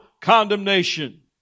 condemnation